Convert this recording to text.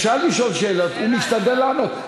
אפשר לשאול שאלות, הוא משתדל לענות.